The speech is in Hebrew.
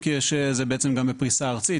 אם כי זה גם בפריסה ארצית,